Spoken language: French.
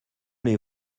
les